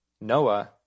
Noah